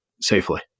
safely